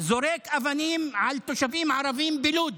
זורק אבנים על תושבים ערבים בלוד.